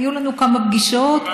היו לנו כמה פגישות.